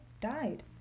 died